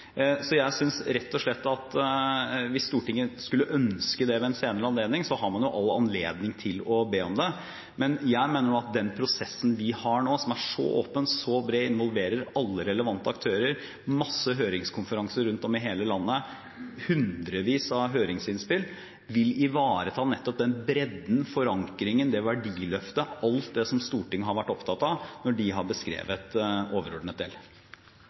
så åpen og så bred, og som involverer alle relevante aktører, med masse høringskonferanser rundt om i hele landet og hundrevis av høringsinnspill – vil ivareta nettopp den bredden, den forankringen, det verdiløftet, alt det som Stortinget har vært opptatt av når de har beskrevet overordnet del.